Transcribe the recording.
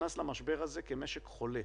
שנכנס למשבר הזה כמשק חולה.